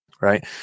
right